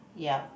yup